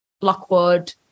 Lockwood